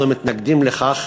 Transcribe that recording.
אנחנו מתנגדים לכך,